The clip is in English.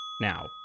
now